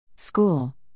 School